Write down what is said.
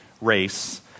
race